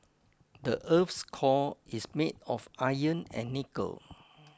the earth's core is made of iron and nickel